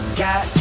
got